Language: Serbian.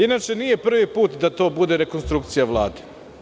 Inače, nije prvi put da to bude rekonstrukcija Vlade.